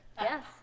Yes